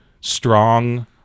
strong